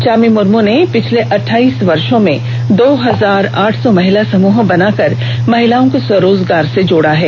चामी मर्म ने पिछले अठाईस वर्षो में दो हजार आठ सौ महिला समूह बनाकर महिलाओं को स्वरोजगार से जोडा है